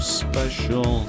special